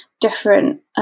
different